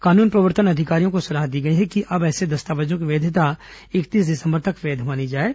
कानून प्रवर्तन अधिकारियों को सलाह दी गई कि अब ऐसे दस्तावेज की वैधता इकतीस दिसम्बर तक वैध मानी जाएगी